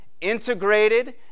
integrated